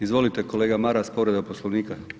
Izvolite kolega Maras, povreda Poslovnika.